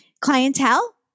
clientele